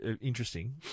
interesting